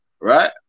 right